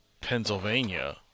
Pennsylvania